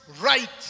right